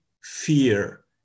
fear